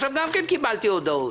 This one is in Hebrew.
עכשיו גם כן קיבלתי הודעות.